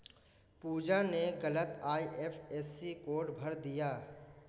पूजा ने गलत IFSC code भर दिया